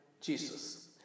Jesus